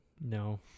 No